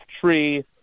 tree